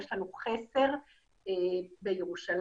יש לנו חסר בירושלים,